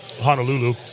Honolulu